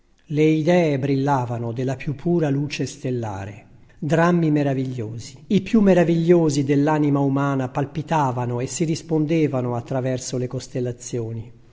le idee brillavano della più pura luce stellare drammi meravigliosi i più meravigliosi dell'anima umana palpitavano e si rispondevano a traverso le costellazioni